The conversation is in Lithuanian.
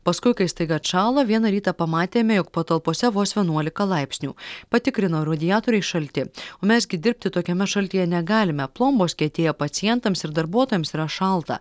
paskui kai staiga atšalo vieną rytą pamatėme jog patalpose vos vienuolika laipsnių patikrino radiatoriai šalti o mes gi dirbti tokiame šaltyje negalime plombos kietėja pacientams ir darbuotojams yra šalta